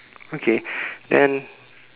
okay then